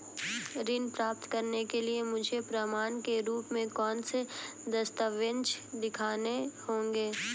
ऋण प्राप्त करने के लिए मुझे प्रमाण के रूप में कौन से दस्तावेज़ दिखाने होंगे?